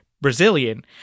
Brazilian